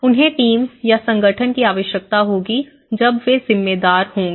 उन्हें टीम या संगठन की आवश्यकता होगी जब वे जिम्मेदार होंगे